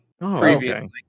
previously